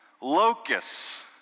locusts